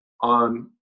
on